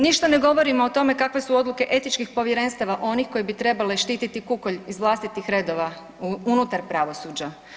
Ništa ne govorim o tome kakve su odluke etičkih povjerenstava onih koji bi trebali štititi kukolj iz vlastitih redova unutar pravosuđa.